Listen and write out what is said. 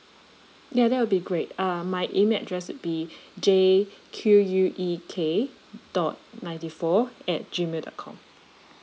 ya that will be great uh my email address would be J Q U E K dot ninety four at G mail dot com